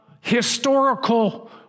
historical